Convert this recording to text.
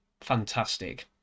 fantastic